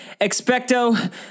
Expecto